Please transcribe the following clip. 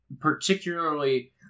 particularly